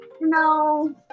No